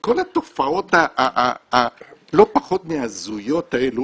כל התופעות הלא פחות מהזויות האלה